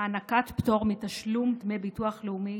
הענקת פטור מתשלום דמי ביטוח לאומי